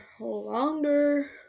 longer